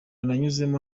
nanyuzemo